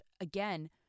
again